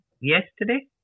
yesterday